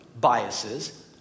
biases